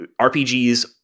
RPGs